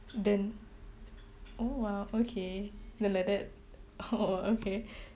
then oh !wow! okay then like that oh okay